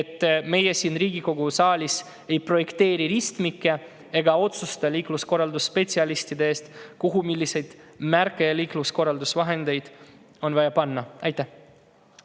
et meie siin Riigikogu saalis ei projekteeri ristmikke ega otsusta liikluskorraldusspetsialistide eest, kuhu milliseid märke ja liikluskorraldusvahendeid on vaja panna. Aitäh,